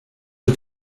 del